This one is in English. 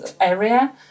area